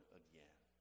again